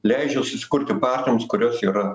leidžia susikurti partijoms kurios yra